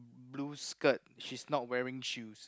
blue skirt she's not wearing shoes